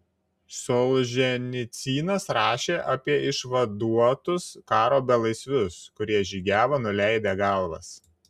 solženicynas rašė apie išvaduotus karo belaisvius kurie žygiavo nuleidę galvas